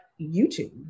YouTube